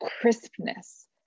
crispness